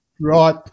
Right